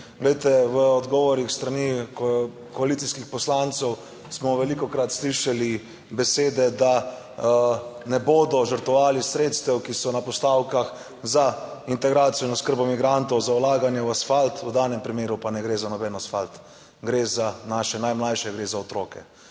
v odgovorih s strani koalicijskih poslancev smo velikokrat slišali besede, da ne bodo žrtvovali sredstev, ki so na postavkah za integracijo in oskrbo migrantov, za vlaganje v asfalt. V danem primeru pa ne gre za noben asfalt, gre za naše najmlajše, gre za otroke,